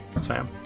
Sam